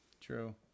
True